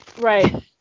Right